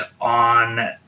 on